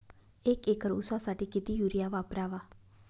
एक एकर ऊसासाठी किती युरिया वापरावा?